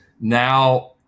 Now